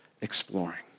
exploring